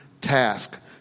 task